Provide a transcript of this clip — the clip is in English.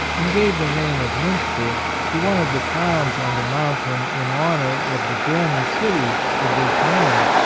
and gave the name of munster to one of the towns on the mountain in honor of the german city of this name,